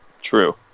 True